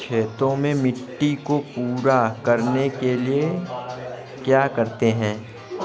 खेत में मिट्टी को पूरा करने के लिए क्या करते हैं?